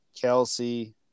Kelsey